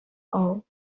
all